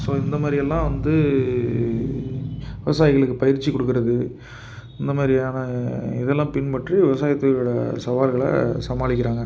so இந்தமாதிரி எல்லாம் வந்து விவசாயிகளுக்கு பயிற்சி கொடுக்குறது இந்தமாதிரியான இதெலாம் பின்பற்றி விவசாயத்துறையோடய சவால்களை சமாளிக்கிறாங்க